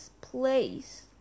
place